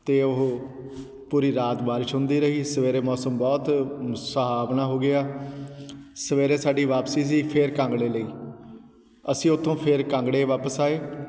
ਅਤੇ ਉਹ ਪੂਰੀ ਰਾਤ ਬਾਰਿਸ਼ ਹੁੰਦੀ ਰਹੀ ਸਵੇਰੇ ਮੌਸਮ ਬਹੁਤ ਸੁਹਾਵਣਾ ਹੋ ਗਿਆ ਸਵੇਰੇ ਸਾਡੀ ਵਾਪਸੀ ਸੀ ਫਿਰ ਕਾਂਗੜੇ ਲਈ ਅਸੀਂ ਉੱਥੋਂ ਫਿਰ ਕਾਂਗੜੇ ਵਾਪਸ ਆਏ